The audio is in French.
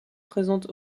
présente